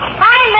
hi